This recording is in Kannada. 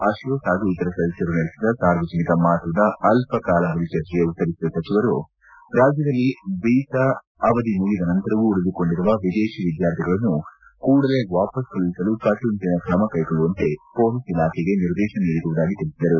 ಅಶೋಕ್ ಹಾಗೂ ಇತರ ಸದಸ್ಕರು ನಡೆಸಿದ ಸಾರ್ವಜನಿಕ ಮಹತ್ವದ ಅಲ್ಪ ಕಾಲಾವಧಿ ಚರ್ಚೆಗೆ ಉತ್ತರಿಸಿದ ಸಚಿವರು ರಾಜ್ಯದಲ್ಲಿ ವೀಸಾ ಅವಧಿ ಮುಗಿದ ನಂತರವೂ ಉಳಿದುಕೊಂಡಿರುವ ವಿದೇಶಿ ವಿದ್ಯಾರ್ಥಿಗಳನ್ನು ಕೂಡಲೇ ವಾಪಾಸ್ ಕಳುಹಿಸಲು ಕಟ್ಟುನಿಟ್ಟನ ಕ್ರಮ ಕೈಗೊಳ್ಳುವಂತೆ ಪೊಲೀಸ್ ಇಲಾಖೆಗೆ ನಿರ್ದೇಶನ ನೀಡಿರುವುದಾಗಿ ತಿಳಿಸಿದರು